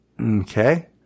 Okay